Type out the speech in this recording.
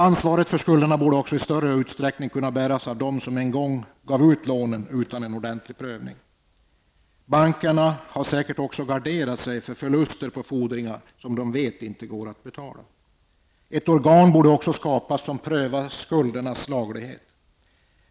Ansvaret för skulderna borde i större utsträckning kunna bäras av dem som en gång gav ut lånen utan ordentlig prövning. Bankerna har säkerligen också garderat sig för förluster på fordringar som de vet att låntagarna inte kommer att kunna betala. Ett organ borde skapas som prövar skuldernas laglighet.